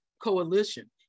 coalition